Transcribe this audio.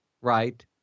Right